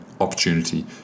opportunity